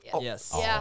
Yes